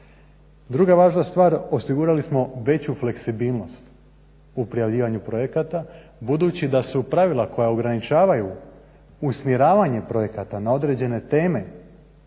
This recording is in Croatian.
Druga važna stvar osigurali smo veću fleksibilnost u prijavljivanju projekata budući da su pravila koja ograničavaju usmjeravanje projekata na određene teme